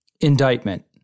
Indictment